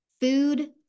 food